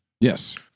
yes